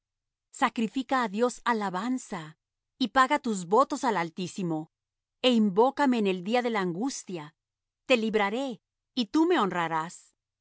sacrifica á dios alabanza y paga tus votos al altísimo e invócame en el día de la angustia te libraré y tú me honrarás